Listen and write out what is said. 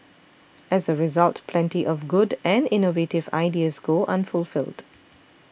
as a result plenty of good and innovative ideas go unfulfilled